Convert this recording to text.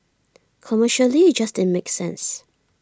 commercially IT just didn't make sense